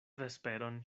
vesperon